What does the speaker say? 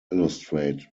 illustrate